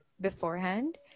beforehand